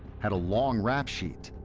had a long rap sheet,